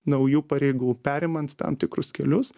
naujų pareigų perimant tam tikrus kelius